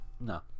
no